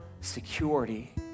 security